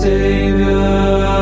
Savior